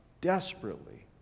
desperately